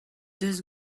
deus